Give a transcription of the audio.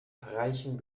reichen